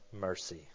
mercy